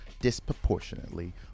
disproportionately